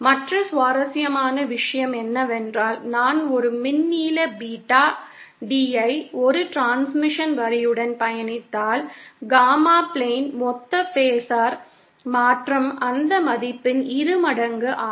மற்ற சுவாரஸ்யமான விஷயம் என்னவென்றால் நான் ஒரு மின் நீள பீட்டா D யை ஒரு டிரான்ஸ்மிஷன் வரியுடன் பயணித்தால் காமா பிளேன் மொத்த பேஸர் மாற்றம் அந்த மதிப்பின் இரு மடங்கு ஆகும்